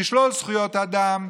לשלול זכויות אדם,